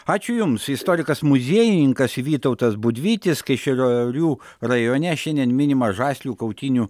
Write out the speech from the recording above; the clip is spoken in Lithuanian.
ačiū jums istorikas muziejininkas vytautas budvytis kaišiadorių rajone šiandien minimas žaslių kautynių